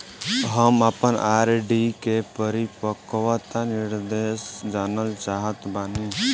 हम आपन आर.डी के परिपक्वता निर्देश जानल चाहत बानी